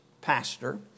pastor